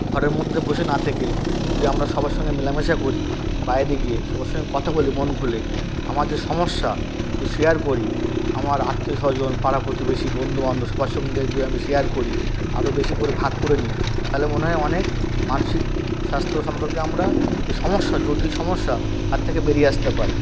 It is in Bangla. ঘরের মধ্যে বসে না থেকে যদি আমরা সবার সঙ্গে মেলামেশা করি বাইরে গিয়ে সবার সাথে কথা বলি মন খুলে আমার যে সমস্যা শেয়ার করি আমার আত্মীয় স্বজন পাড়া প্রতিবেশী বন্ধুবান্ধব সবার সঙ্গে যদি আমি শেয়ার করি আরও বেশি করে ভাগ করে নিই তাহলে মনে হয় অনেক মানসিক স্বাস্থ্য সম্পর্কে আমরা যে সমস্যা জটিল সমস্যা তার থেকে বেরিয়ে আসতে পারি